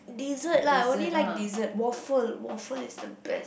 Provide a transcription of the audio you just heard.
dessert lah only like dessert waffle waffle is the best